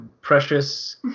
precious